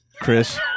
Chris